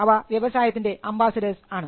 അവ വ്യവസായത്തിനൻറെ അംബാസഡർസ് ആണ്